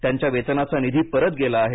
त्यांच्या वेतनाचा निधी परत गेला आहे